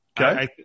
Okay